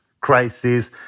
crisis